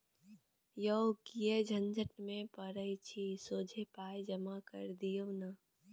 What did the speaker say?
यौ किएक झंझट मे पड़ैत छी सोझे पाय जमा कए दियौ न